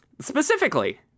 Specifically